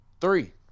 three